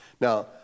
Now